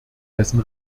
dessen